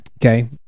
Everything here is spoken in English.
Okay